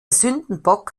sündenbock